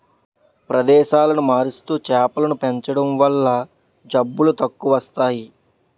ప్రదేశాలను మారుస్తూ చేపలను పెంచడం వల్ల జబ్బులు తక్కువస్తాయి